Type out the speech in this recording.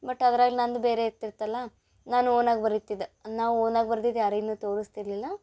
but ಅದ್ರಾಗ ನಂದು ಬೇರೆ ಇರ್ತಿತ್ತಲ್ಲ ನಾನು ಓನಾಗಿ ಬರಿತಿದ್ದೆ ನಾವು ಓನಾಗಿ ಬರ್ದಿದ್ದು ಯಾರಿಗೂನು ತೋರಿಸ್ತಿರ್ಲಿಲ್ಲ